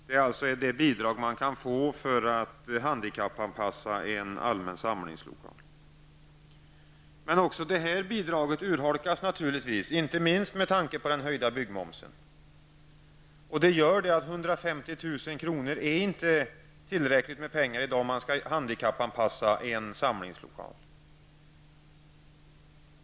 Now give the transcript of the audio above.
Det är alltså det bidrag man kan få för att handikappanpassa en allmän samlingslokal. Men också det bidraget urholkas naturligtvis, inte minst på grund av den höjda byggmomsen. Det gör att 150 000 kr. inte är tillräckligt med pengar i dag, om man skall handikappanpassa en samlingslokal.